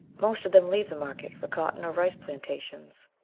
most of them leave the market for cotton or rice plantations,